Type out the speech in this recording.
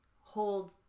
hold